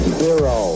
zero